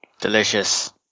Delicious